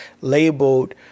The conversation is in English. Labeled